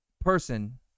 person